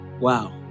Wow